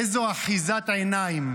איזו אחיזת עיניים.